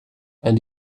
and